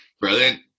Brilliant